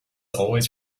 always